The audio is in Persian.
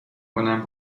کنم